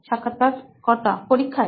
সাক্ষাৎকারকর্তা পরীক্ষায়